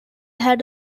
had